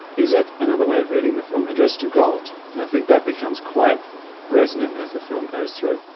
is it another way of reading the film addressed to god? and i think that becomes quite resonant as the film goes through.